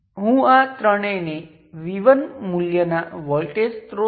અને બીજા સેટમાં જ્યાં તમે કરંટને લાગુ કરો છો અને વોલ્ટેજને માપો છો